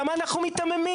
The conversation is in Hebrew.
למה אנחנו מיתממים?